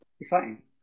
exciting